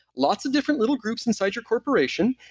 lots of different little groups inside your corporation.